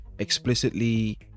explicitly